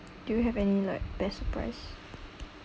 do you have any like best surprise